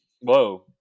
whoa